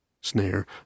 Snare